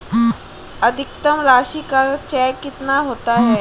अधिकतम राशि का चेक कितना होता है?